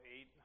eight